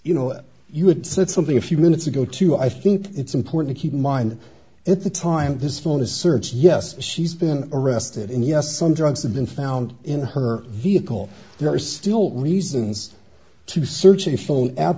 you know that you had said something a few minutes ago to i think it's important keep in mind at the time of his phone a search yes she's been arrested and yes some drugs have been found in her vehicle there is still leasing ins to search a